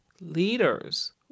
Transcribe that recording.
leaders